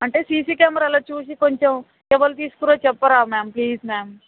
అంటే సీసీ కెమెరాలో చూసి కొంచెం ఎవరు తీసుకుర్రో చెప్పరా మ్యామ్ ప్లీజ్ మ్యామ్